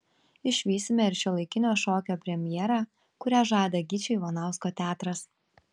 išvysime ir šiuolaikinio šokio premjerą kurią žada gyčio ivanausko teatras